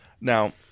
Now